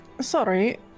sorry